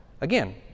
Again